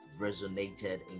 resonated